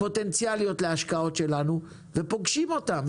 הפוטנציאליות להשקעות שלנו ופוגשים אותם,